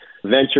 venture